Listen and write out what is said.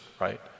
right